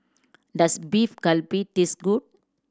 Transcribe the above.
does Beef Galbi taste good